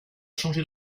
changé